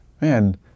Man